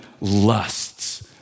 lusts